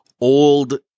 old